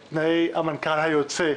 לתנאי המנכ"ל היוצא,